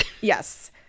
Yes